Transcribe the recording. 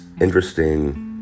interesting